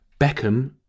Beckham